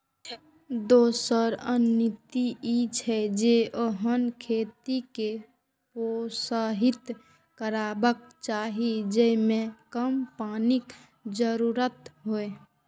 दोसर रणनीति ई छै, जे ओहन खेती कें प्रोत्साहित करबाक चाही जेइमे कम पानिक जरूरत हो